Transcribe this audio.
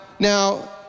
Now